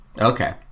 Okay